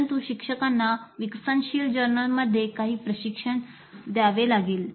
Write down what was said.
परंतु शिक्षकांना विकसनशील जर्नल्समध्ये काही प्रशिक्षण द्यावे लागेल